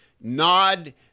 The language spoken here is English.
nod